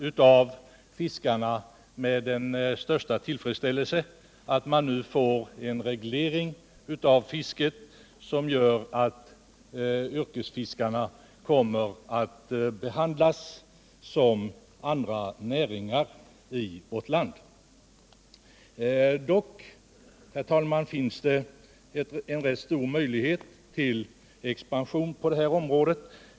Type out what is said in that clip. Det är med största tillfredsställelse accepterat av fiskarna att man nu får en reglering av fisket som gör att yrkesfiskarna kommer att behandlas som andra näringsidkare i vårt land. Dock finns det, herr talman, en rätt stor möjlighet till expansion på detta område.